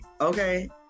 Okay